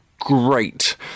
great